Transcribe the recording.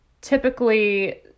typically